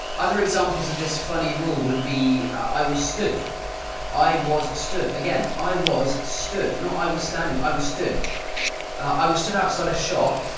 other examples of this funny rule would be i was stood i was stood'. again i was stood. not i was standing. i was stood i was stood outside a shop,